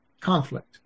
conflict